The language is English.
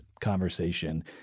conversation